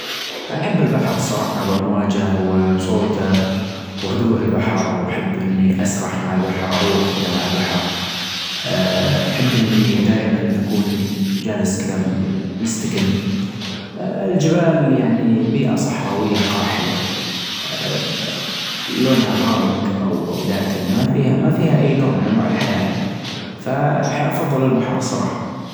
أحب الجطاوة الصراحة، يعنى موب-موبالشي في الجطاوة إلا إنه في صحابى أسمه أبو هريرة كان مشهور إنه يعنى له هر صغير يضعه تحت إبطه أو حاچة أو في كم الثوب، فتأسيا يعنى من-من صغيرى وأنا أسمع هذا الحديث وهذه السيرة عن هذا الصحابي فحبيت ال-الهر الصراحة.